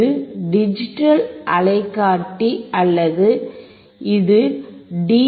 இது டிஜிட்டல் அலைக்காட்டி அல்லது இது டி